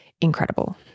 incredible